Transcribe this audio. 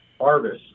harvest